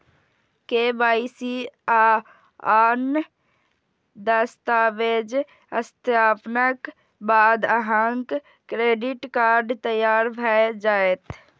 KYC आ आन दस्तावेजक सत्यापनक बाद अहांक क्रेडिट कार्ड तैयार भए जायत